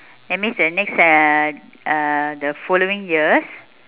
that means the next uh uh the following years